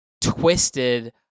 twisted